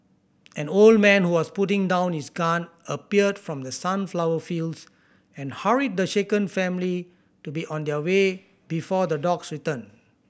an old man who was putting down his gun appeared from the sunflower fields and hurried the shaken family to be on their way before the dogs return